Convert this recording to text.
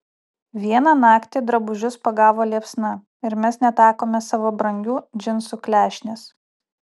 vieną naktį drabužius pagavo liepsna ir mes netekome savo brangių džinsų klešnės